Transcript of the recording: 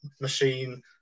machine